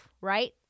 right